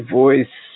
voice